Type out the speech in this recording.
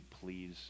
please